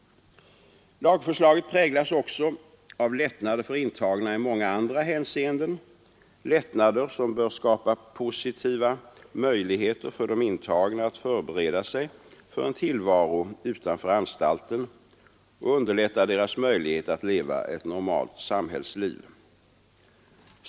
Lagförslaget präglas också av lättnader för intagna i många andra hänseenden — lättnader som bör skapa positiva möjligheter för de intagna att förbereda sig för en tillvaro utanför anstalten och underlätta deras möjligheter att leva ett normalt samhällsliv.